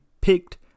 picked